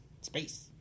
Space